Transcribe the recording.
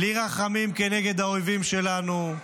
בלי רחמים, כנגד האויבים שלנו,